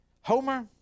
Homer